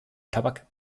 tabak